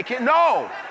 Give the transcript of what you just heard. No